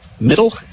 middle